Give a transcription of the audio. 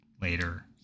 later